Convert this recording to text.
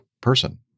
person